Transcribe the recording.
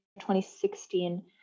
2016